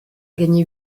gagné